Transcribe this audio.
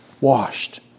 washed